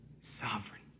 sovereign